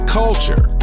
culture